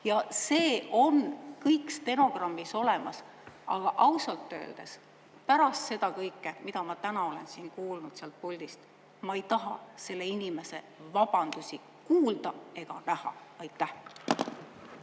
Ja see on kõik stenogrammis olemas. Ausalt öeldes pärast seda kõike, mida ma täna olen siin kuulnud sealt puldist, ma ei taha selle inimese vabandusi kuulda ega näha. Aitäh!